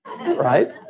Right